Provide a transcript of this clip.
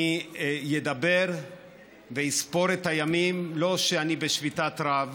אני אדבר ואספור את הימים, לא שאני בשביתת רעב